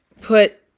put